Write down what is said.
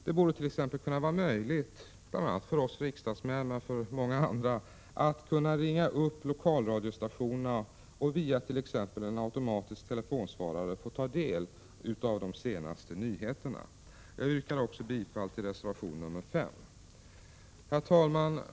Det borde t.ex. kunna vara möjligt bl.a. för oss riksdagsmän och för många andra att kunna ringa upp lokalradiostationerna och via exempelvis en automatisk telefonsvarare få ta del av de senaste nyheterna. Jag yrkar också bifall till reservation nr 5. Herr talman!